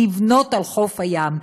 לבנות על חוף הים.